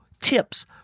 tips